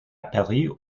paris